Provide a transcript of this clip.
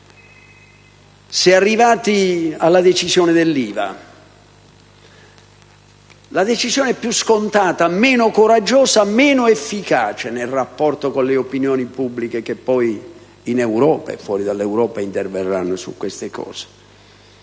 è arrivati all'aumento dell'IVA, la decisione più scontata, meno coraggiosa, meno efficace nel rapporto con le opinioni pubbliche che in Europa e fuori dall'Europa interverranno su questi temi,